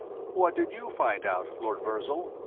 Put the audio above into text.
what did you find out, lord virzal?